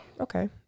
Okay